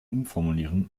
umformulieren